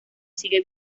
sigue